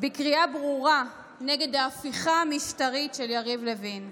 בקריאה ברורה נגד ההפיכה המשטרית של יריב לוין.